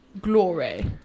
Glory